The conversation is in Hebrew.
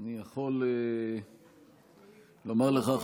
אני יכול לומר לך,